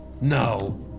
No